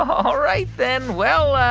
all right then. well.